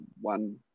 one